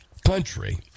country